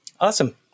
Awesome